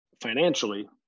financially